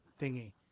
thingy